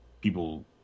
people